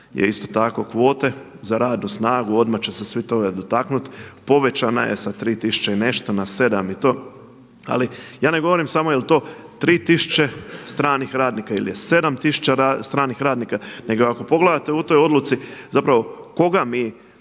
isto tako kvote za radnu snagu, odmah će se svi toga dotaknuti, povećana je sa tri tisuće i nešto na sedam i to, ali ja ne govorim samo jel to tri tisuće stranih radnika ili je sedam tisuća stranih radnika nego ako pogledate u toj odluci zapravo koga mi